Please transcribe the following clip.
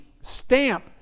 stamp